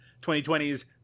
2020's